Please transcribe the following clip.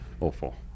awful